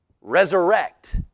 resurrect